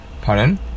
Pardon